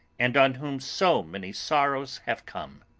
and on whom so many sorrows have come.